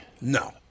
No